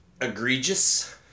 Egregious